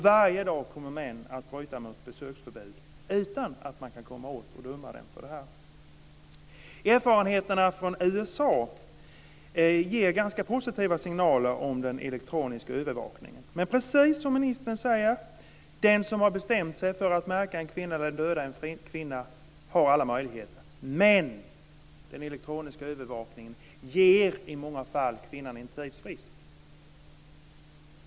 Varje dag kommer män att bryta mot besöksförbud utan att man kan komma åt att döma dem för det. Erfarenheterna från USA ger ganska positiva signaler om den elektroniska övervakningen. Det är precis som ministern säger; den som har bestämt sig för att märka eller döda en kvinna har alla möjligheter. Men den elektroniska övervakningen ger i många fall kvinnan en tidsfrist.